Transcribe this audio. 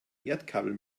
erdkabel